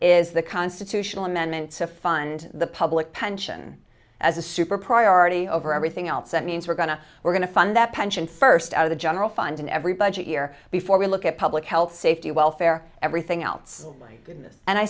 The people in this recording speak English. is the constitutional amendment to fund the public pension as a super priority over everything else that means we're going to we're going to fund that pension first out of the general fund in every budget year before we look at public health safety welfare everything else